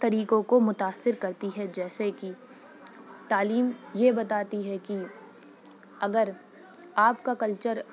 طریقوں کو متأثر کرتی ہے جیسے کہ تعلیم یہ بتاتی ہے کہ اگر آپ کا کلچر